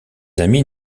amis